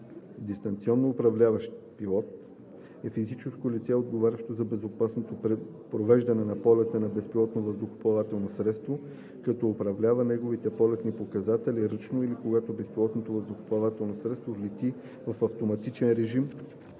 „Дистанционно управляващ пилот“ (remote pilot) е физическо лице, отговарящо за безопасното провеждане на полета на безпилотно въздухоплавателно средство, като управлява неговите полетни показатели ръчно или когато безпилотното въздухоплавателно средство лети в автоматичен режим